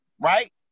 right